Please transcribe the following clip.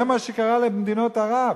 זה מה שקרה למדינות ערב,